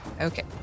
Okay